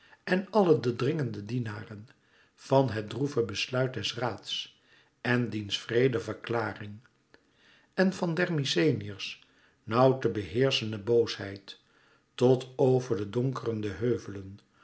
en alle de dringende dienaren van het droeve besluit des raads en diens wreede verklaring en van der mykenæërs nauw te beheerschene boosheid tot over de donkerende heuvelen